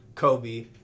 Kobe